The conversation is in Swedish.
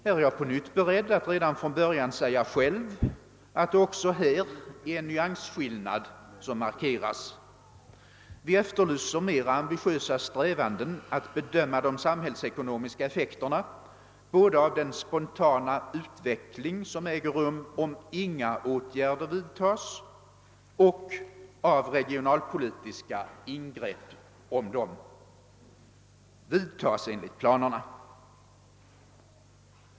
Här är jag på nytt beredd att redan från början säga att det är en nyansskillnad som markeras. Vi efterlyser mera ambitiösa strävanden att bedöma de samhällsekonomiska effekterna både av den spontana utveckling som äger rum om inga åtgärder vidtas och av regionalpolitiska ingrepp om de görs enligt planerna.